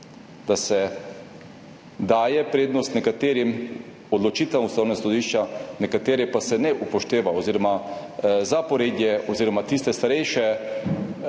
da se daje prednost nekaterim odločitvam Ustavnega sodišča, nekaterih pa se ne upošteva oziroma se tiste starejše